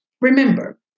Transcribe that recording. Remember